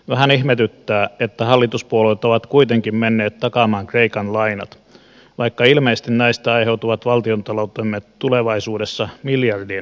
vähän ihmetyttää että hallituspuolueet ovat kuitenkin menneet takaamaan kreikan lainat vaikka ilmeisesti näistä aiheutuvat valtiontalouteemme tulevaisuudessa miljardien menetykset